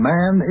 Man